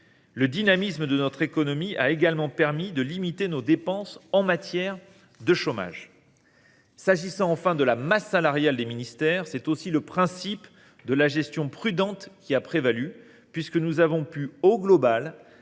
Le dynamisme de notre économie a également permis de limiter nos dépenses en matière de chômage. Pour ce qui concerne enfin la masse salariale des ministères, c’est aussi le principe de la gestion prudente qui a prévalu, puisque nous avons pu mettre